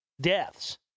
deaths